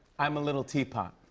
i'm a little teapot.